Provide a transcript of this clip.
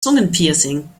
zungenpiercing